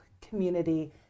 community